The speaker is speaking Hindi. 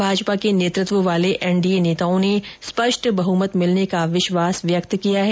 भाजपा के नेतृत्व वाले एनडीए नेताओं ने स्पष्ट बहमत मिलने का विश्वास व्यक्त किया है